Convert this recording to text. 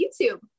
YouTube